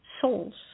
souls